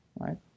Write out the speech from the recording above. right